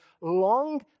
long